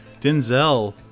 Denzel